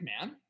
man